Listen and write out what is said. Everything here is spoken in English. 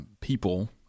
people